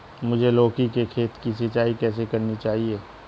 मुझे लौकी के खेत की सिंचाई कैसे करनी चाहिए?